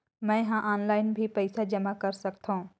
मैं ह ऑनलाइन भी पइसा जमा कर सकथौं?